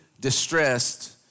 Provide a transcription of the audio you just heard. distressed